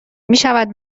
میشود